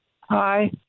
Hi